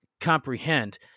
comprehend